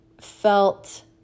felt